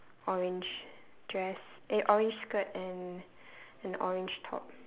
orange dress eh orange skirt and and orange top